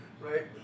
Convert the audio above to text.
Right